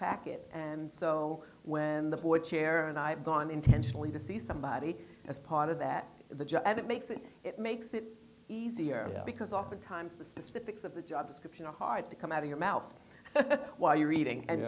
packet and so when the boy chair and i've gone intentionally to see somebody as part of that the job and it makes it it makes it easier because oftentimes the specifics of the job description are hard to come out of your mouth while you're reading and